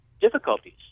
difficulties